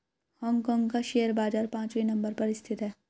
Hong Kong का share बाजार पांचवे नम्बर पर स्थित है